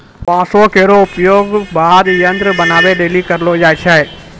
बांसो केरो प्रयोग वाद्य यंत्र बनाबए लेलि करलो जाय छै